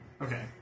Okay